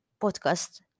podcast